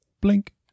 Blink